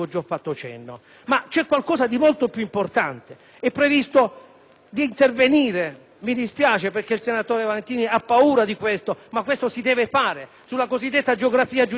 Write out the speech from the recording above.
di intervenire - mi spiace perché il senatore Benedetti Valentini ha paura di questo, ma si deve fare - sulla cosiddetta geografia giudiziaria, con l'eliminazione di una miriade di inutili quanto dannose sedi